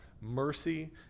mercy